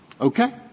Okay